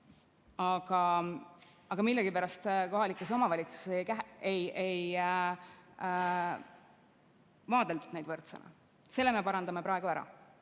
Aga millegipärast kohalikes omavalitsustes ei vaadelda neid võrdsena. Selle me parandame praegu ära